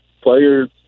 players